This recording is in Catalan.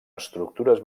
estructures